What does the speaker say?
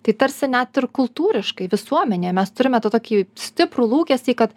tai tarsi net ir kultūriškai visuomenėje mes turime tokį stiprų lūkestį kad